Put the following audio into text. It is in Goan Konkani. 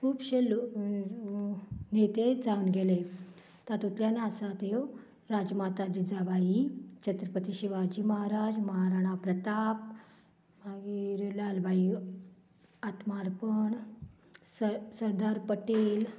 खूबशें नेते जावन गेले तातूंल्यान आसा त्यो राजमाता जिजाबाई छत्रपती शिवाजी महाराज महाराणां प्रताप मागीर लालबाय आत्मारामकर सर सरदार पटेल